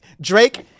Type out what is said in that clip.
Drake